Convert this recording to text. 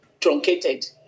Truncated